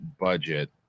budget